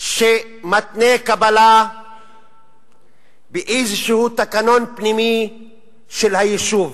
שמתנה קבלה באיזשהו תקנון פנימי של היישוב.